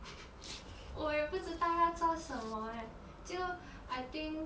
我也不知要做什么 eh 就 I think